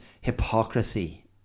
hypocrisy